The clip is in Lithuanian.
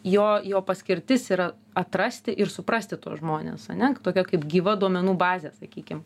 jo jo paskirtis yra atrasti ir suprasti tuos žmones ane tokia kaip gyva duomenų bazė sakykim